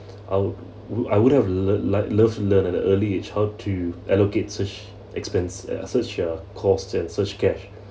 I would would I would have learnt like love to learn at a early age how to allocate such expense assets ya costs and such cash